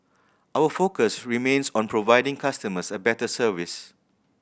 our focus remains on providing customers a better service